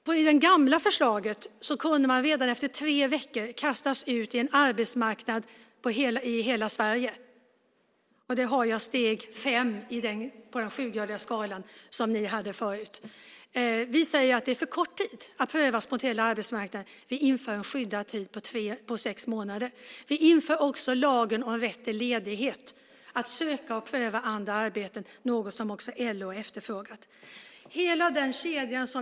Enligt det gamla förslaget kunde människor redan efter tre veckor kastas ut på en arbetsmarknad i hela Sverige. Det var steg 5 på den sjugradiga skalan som ni hade tidigare. Vi säger att det är för kort tid att prövas mot hela arbetsmarknaden. Vi inför en skyddad tid på sex månader. Vi inför också lagen om rätt till ledighet för att människor ska kunna söka och pröva andra arbeten. Det är något som också LO har efterfrågat.